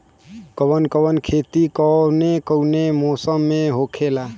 कवन कवन खेती कउने कउने मौसम में होखेला?